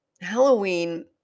Halloween